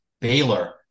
Baylor